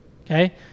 Okay